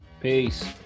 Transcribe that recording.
Peace